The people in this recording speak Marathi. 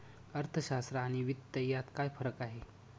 अर्थशास्त्र आणि वित्त यात काय फरक आहे